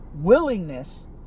willingness